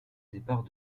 départ